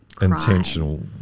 intentional